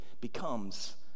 becomes